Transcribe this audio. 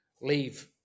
leave